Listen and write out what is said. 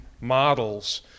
models